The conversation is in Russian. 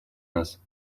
нас